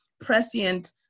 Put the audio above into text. prescient